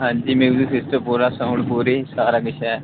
हां जी music system पूरा साउंड पूरी सारा किश ऐ